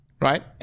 Right